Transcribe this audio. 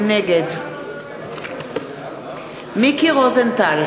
נגד מיקי רוזנטל,